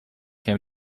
came